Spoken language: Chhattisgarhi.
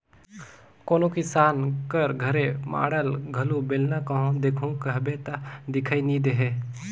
कोनो किसान कर घरे माढ़ल घलो बेलना कहो देखहू कहबे ता दिखई नी देहे